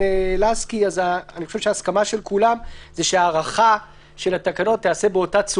זה לא מרפא את האירוע